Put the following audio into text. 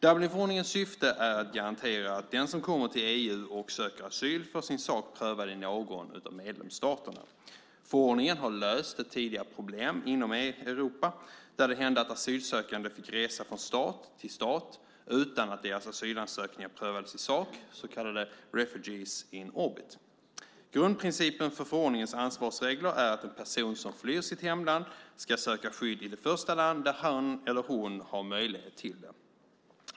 Dublinförordningens syfte är att garantera att den som kommer till EU och söker asyl får sin sak prövad i någon av medlemsstaterna. Förordningen har löst ett tidigare problem inom Europa, där det hände att asylsökande fick resa från stat till stat utan att deras asylansökningar prövades i sak - så kallade refugees in orbit . Grundprincipen för förordningens ansvarsregler är att en person som flyr sitt hemland ska söka skydd i det första land där han eller hon har möjlighet till det.